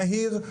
נהיר,